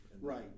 Right